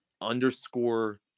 underscore